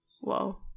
Whoa